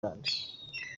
bande